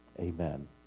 Amen